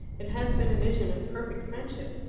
it has been a vision of perfect friendship.